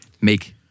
make